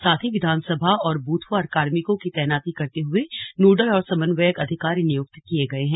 साथ ही विधानसभा और ब्रथवार कार्मिकों की तैनाती करते हुए नोडल और समन्वयक अधिकारी नियुक्त किए गए हैं